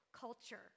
culture